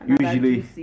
Usually